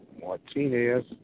Martinez